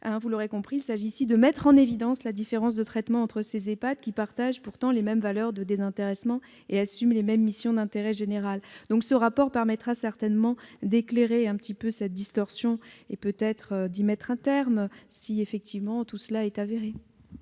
de statut public. Il s'agit ici de mettre en évidence la différence de traitement entre ces EHPAD qui partagent pourtant les mêmes valeurs de désintéressement et assument les mêmes missions d'intérêt général. Ce rapport permettra certainement d'éclairer cette distorsion et peut-être d'y mettre un terme, si cela est avéré.